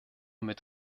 mit